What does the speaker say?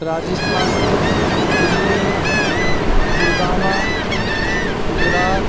Rajasthan Delhi Gurgaon Gujarat